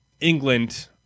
England